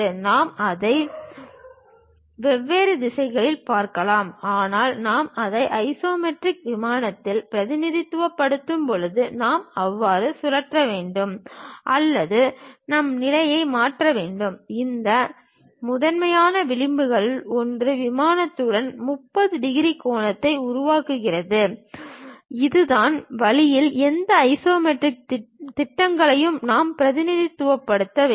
நாம் அதை வெவ்வேறு திசைகளில் பார்க்கலாம் ஆனால் நாம் அதை ஐசோமெட்ரிக் விமானத்தில் பிரதிநிதித்துவப்படுத்தும் போது நாம் அவ்வாறு சுழற்ற வேண்டும் அல்லது நம் நிலையை மாற்ற வேண்டும் இந்த முதன்மை விளிம்புகளில் ஒன்று விமானத்துடன் 30 டிகிரி கோணத்தை உருவாக்குகிறது அதுதான் வழி எந்த ஐசோமெட்ரிக் திட்டங்களையும் நாம் பிரதிநிதித்துவப்படுத்த வேண்டும்